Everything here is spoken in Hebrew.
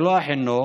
ולא החינוך,